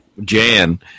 jan